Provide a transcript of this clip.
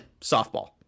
softball